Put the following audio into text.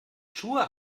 schuhe